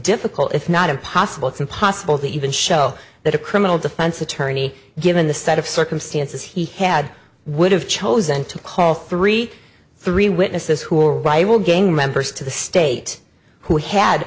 difficult if not impossible it's impossible to even show that a criminal defense attorney given the set of circumstances he had would have chosen to call three three witnesses who will gang members to the state who had